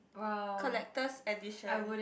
collector's edition